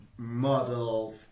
model